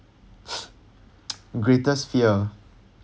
greatest fear